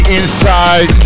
inside